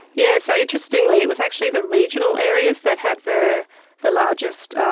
yeah so interestingly it was actually the regional areas that had the the largest